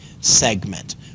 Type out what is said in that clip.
segment